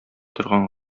торган